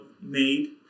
made